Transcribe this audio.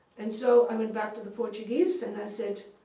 and so i went back to the portuguese and i said,